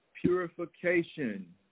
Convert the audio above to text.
purification